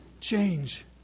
change